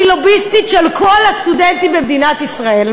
לוביסטית של כל הסטודנטים במדינת ישראל.